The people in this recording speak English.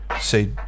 say